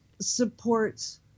supports